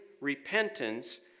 repentance